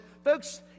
Folks